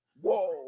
Whoa